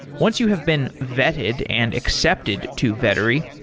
once you have been vetted and accepted to vettery,